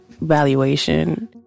valuation